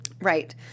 Right